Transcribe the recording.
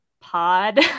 pod